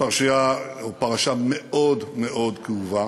פרשייה או פרשה מאוד מאוד כאובה